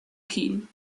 keane